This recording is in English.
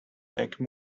take